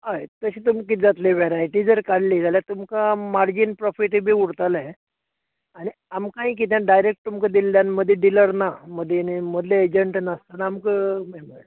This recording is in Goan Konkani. हय तशी तुमकां किदें जातली वरायटी जर काडली जाल्यार तुका मार्जीन प्रोफीटय बीन उरतलें आनी आमकांय किदेंय तुमकां डायरेक्ट दिल्ल्यान मदीं डिलर ना मदीं आनी मदलो एजंट नासतना आमकां हें मेळ्ळें